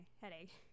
headache